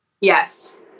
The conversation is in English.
Yes